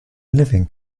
living